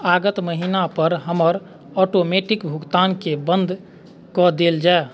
आगत महीनापर हमर ऑटोमेटिक भुगतानकेँ बन्द कऽ देल जाय